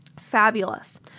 Fabulous